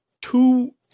two